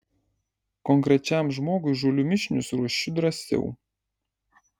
konkrečiam žmogui žolių mišinius ruošiu drąsiau